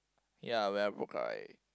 ya when I broke up I